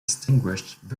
extinguished